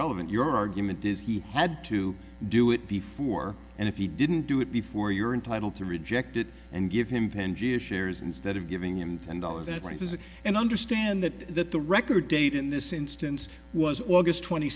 relevant your argument is he had to do it before and if he didn't do it before you're entitled to reject it and give him pangea shares instead of giving him an dollar that raises it and understand that that the record date in this instance was august twenty